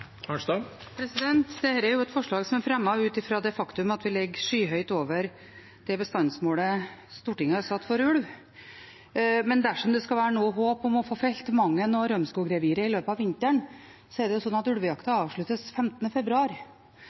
et forslag som er fremmet ut fra det faktum at vi ligger skyhøyt over det bestandsmålet Stortinget har satt for ulv. Men dersom det skal være noe håp om å få felt Mangen- og Rømskog-revirene i løpet av vinteren, er det slik at ulvejakten avsluttes 15. februar.